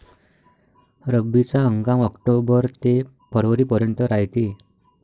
रब्बीचा हंगाम आक्टोबर ते फरवरीपर्यंत रायते